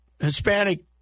hispanic